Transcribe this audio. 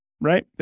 right